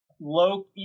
low